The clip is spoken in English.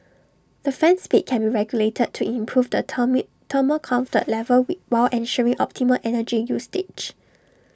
the fan speed can be regulated to improve the termite thermal comfort level with while ensuring optimal energy you stage